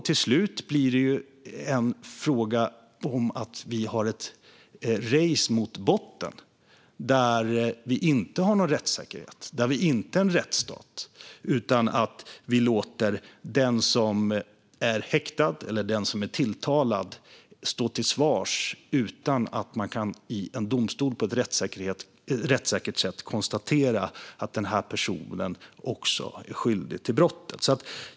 Till slut blir det ett race mot botten där vi inte har någon rättssäkerhet och där vi inte är en rättsstat utan låter den som är häktad eller den tilltalade stå till svars utan att en domstol på ett rättssäkert sätt kan konstatera att personen är skyldig till brottet.